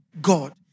God